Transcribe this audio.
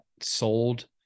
sold